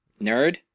Nerd